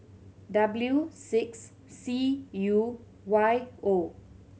W six C U Y O